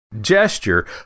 gesture